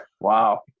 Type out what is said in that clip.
Wow